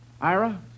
Ira